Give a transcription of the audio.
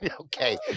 Okay